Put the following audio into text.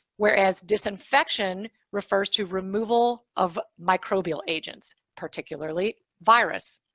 whereas, disinfection refers to removal of microbial agents, particularly virus.